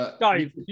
Dave